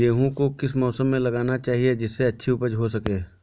गेहूँ को किस मौसम में लगाना चाहिए जिससे अच्छी उपज हो सके?